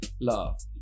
Love